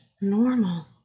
normal